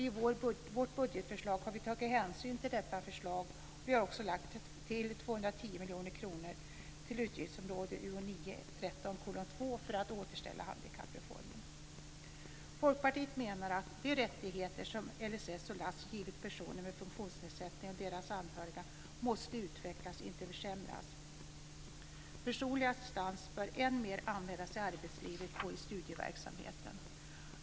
I vårt budgetförslag har vi tagit hänsyn till detta förslag, och vi har också lagt till 210 miljoner kronor till utgiftsområde Folkpartiet menar att de rättigheter som LSS och LASS givit personer med funktionsnedsättning och deras anhöriga måste utvecklas, inte försämras. Personlig assistans bör än mer användas i arbetslivet och i studieverksamheten.